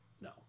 No